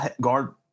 guard